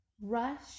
rush